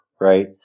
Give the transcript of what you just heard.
Right